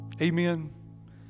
Amen